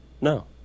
No